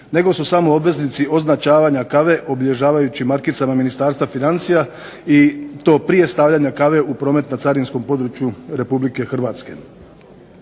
nego su samo obveznici označavanja kave, obilježavajućim markicama Ministarstva financija i to prije stavljanja kave u promet na carinskom području RH.